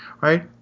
right